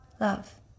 Love